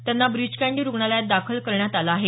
त्यांना ब्रीज कँडी रुग्णालयात दाखल करण्यात आलं आहे